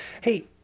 Hey